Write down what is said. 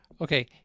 Okay